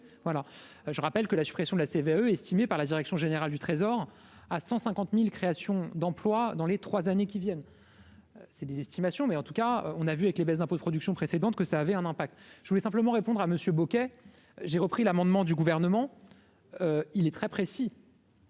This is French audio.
voilà, je rappelle que la suppression de la CVAE estimé par la direction générale du Trésor à 150000 créations d'emplois dans les 3 années qui viennent, c'est des estimations mais en tout cas, on a vu avec les baisses d'impôts de production précédente que ça avait un impact, je voulais simplement répondre à monsieur Bouquet j'ai repris l'amendement du gouvernement, il est très précis.